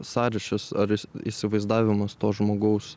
sąryšis ar įsivaizdavimas to žmogaus